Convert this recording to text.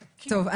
טוב.